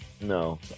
No